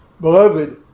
Beloved